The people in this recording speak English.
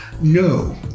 No